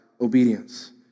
obedience